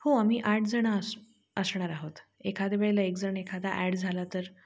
हो आम्ही आठ जणं अश असणार आहोत एखाद्या वेळेला एकजण एखादा ॲड झाला तर